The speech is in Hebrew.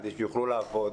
כדי שהם יוכלו לעבוד.